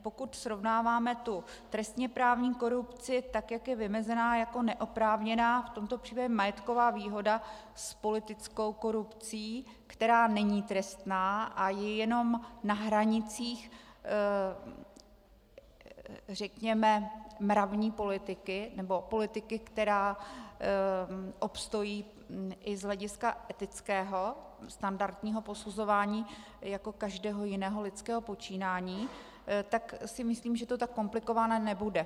Pokud srovnáváme trestněprávní korupci, tak jak je vymezena jako neoprávněná, v tomto případě majetková výhoda, s politickou korupcí, která není trestná a je jen na hranicích, řekněme, mravní politiky nebo politiky, která obstojí i z hlediska etického, standardního posuzování jako každého jiného lidského počínání, tak si myslím, že to tak komplikované nebude.